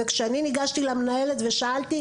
וכשאני ניגשתי למנהלת ושאלתי,